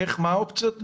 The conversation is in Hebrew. מה האופציות?